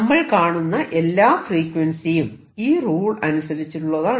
നമ്മൾ കാണുന്ന എല്ലാ ഫ്രീക്വൻസിയും ഈ റൂൾ അനുസരിച്ചുള്ളതാണ്